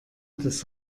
das